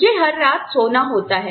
मुझे हर रात सोना होता है